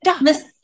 Miss